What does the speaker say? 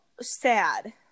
sad